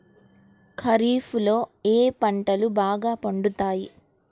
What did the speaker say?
ఖరీఫ్లో ఏ పంటలు బాగా పండుతాయి?